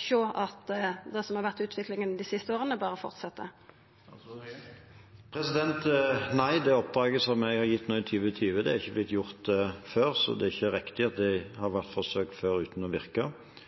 sjå at det som har vore utviklinga dei siste åra, berre fortset. Nei, det oppdraget som jeg har gitt nå i 2020, har ikke blitt gitt før, så det er ikke riktig at det har vært forsøkt før uten å